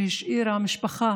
שהשאירה משפחה